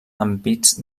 ampits